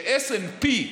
כש-S&P,